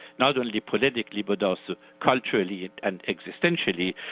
not only politically but also culturally and existentially.